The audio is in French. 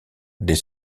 des